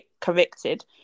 convicted